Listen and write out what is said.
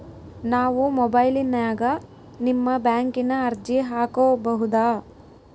ನಾವು ಮೊಬೈಲಿನ್ಯಾಗ ನಿಮ್ಮ ಬ್ಯಾಂಕಿನ ಅರ್ಜಿ ಹಾಕೊಬಹುದಾ?